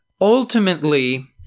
Ultimately